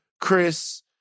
Chris